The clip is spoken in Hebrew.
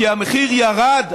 כי המחיר ירד.